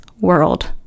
world